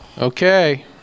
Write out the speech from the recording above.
Okay